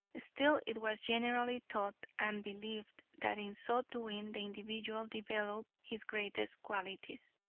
still it was generally taught and believed that in so doing the individual developed his greatest qualities.